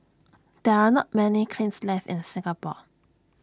there are not many kilns left in Singapore